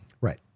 Right